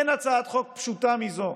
אין הצעת חוק פשוטה מזו,